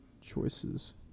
choices